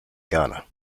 ghana